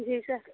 جی سر